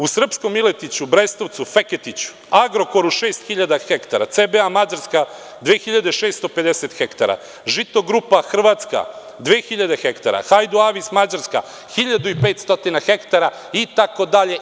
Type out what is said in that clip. U Srpskom Miletiću, Brestovcu, Feketiću, „Agrokoru“ 6.000 ha, CBA Mađarska 2.650 ha, „Žitogrupa“ Hrvatska 2.000 ha, „Hajdu Avis“ Mađarska 1.500 ha itd.